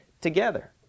together